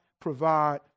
provide